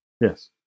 Yes